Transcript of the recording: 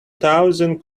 thousand